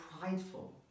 prideful